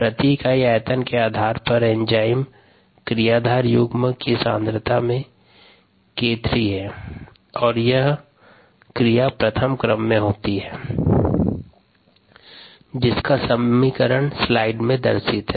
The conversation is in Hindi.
प्रति इकाई आयतन के आधार पर दर एंजाइम क्रियाधार युग्म की सांद्रता में 𝑘3 है और यह क्रिया प्रथम क्रम में होती है